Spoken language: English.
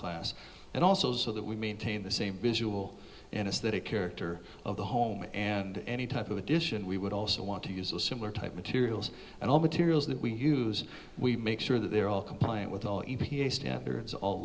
class and also so that we maintain the same visual anesthetic character of the home and any type of addition we would also want to use a similar type materials and all materials that we use we make sure that they're all complaint with all e p a standards all